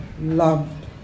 loved